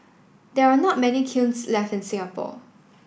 there are not many kilns left in Singapore